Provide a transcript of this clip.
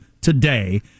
today